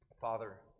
Father